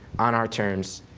on our terms,